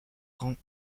rangs